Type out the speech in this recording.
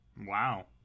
Wow